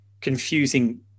confusing